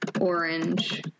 orange